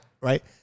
right